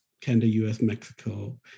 Canada-US-Mexico